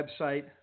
website